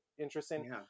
interesting